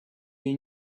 they